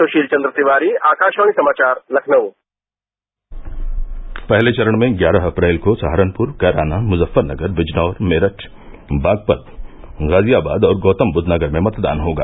सुशील चंद्र तिवारी आकाशवाणी समाचार लखनऊ पहले चरण में ग्यारह अप्रैल को सहारनपुर कैराना मुजफ्फरनगर बिजनौर मेरठ बागपत गाजियाबाद और गौतमबुद्धनगर में मतदान होगा